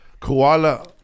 Koala